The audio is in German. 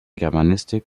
germanistik